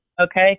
Okay